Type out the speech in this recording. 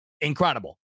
incredible